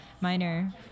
minor